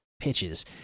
pitches